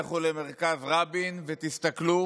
לכו למרכז רבין, ותסתכלו